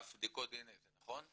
אף בדיקות גנטיות, נכון?